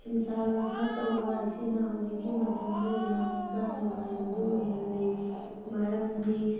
ꯐꯤꯁꯥ ꯂꯣꯟꯁꯥ ꯇꯧꯕ ꯑꯁꯤꯅ ꯍꯧꯖꯤꯛꯀꯤ ꯃꯇꯝꯗ ꯌꯥꯝꯅ ꯀꯥꯟꯅꯕ ꯍꯥꯏꯕꯗꯨ ꯑꯣꯏꯍꯜꯂꯤ ꯃꯔꯝꯗꯤ